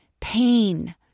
pain